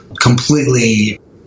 completely